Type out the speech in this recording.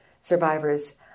survivors